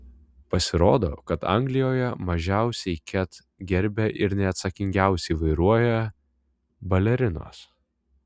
pasirodo kad anglijoje mažiausiai ket gerbia ir neatsakingiausiai vairuoja balerinos